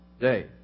day